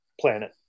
planet